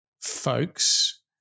folks